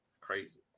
Crazy